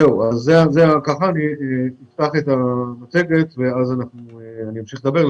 אני אפתח את המצגת ואמשיך לדבר.